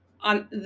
on